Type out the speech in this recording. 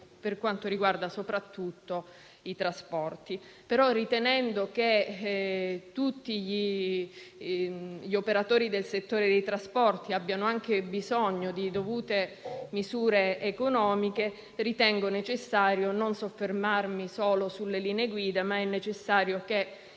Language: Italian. per quanto riguarda soprattutto i trasporti. Ritenendo che tutti gli operatori del settore dei trasporti abbiano bisogno di dovute misure economiche, reputo necessario non soffermarmi solo sulle linee guida. È doveroso,